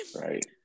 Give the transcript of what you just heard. Right